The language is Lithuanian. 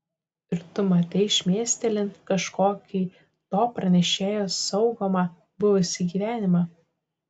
ir tu matei šmėstelint kažkokį to pranešėjo saugomą buvusį gyvenimą